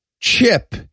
chip